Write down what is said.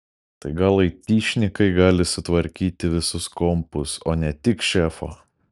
tai gal aitišnikai gali sutvarkyti visus kompus o ne tik šefo